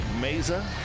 Mesa